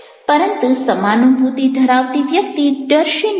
પરંતુ સમાનુભૂતિ ધરાવતી વ્યક્તિ ડરશે નહિ